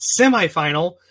semifinal